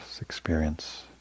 experience